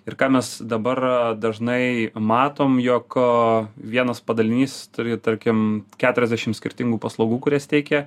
ir ką mes dabar dažnai matome jog vienas padalinys turi tarkim keturiasdešimt skirtingų paslaugų kurias teikia